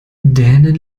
dänen